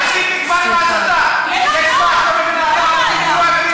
אין לך שכל?